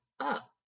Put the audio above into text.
up